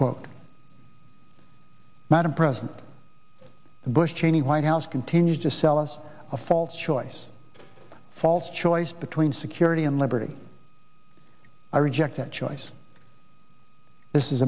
madam president bush cheney white house continues to sell us a false choice false choice between security and liberty i reject that choice this is